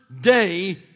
day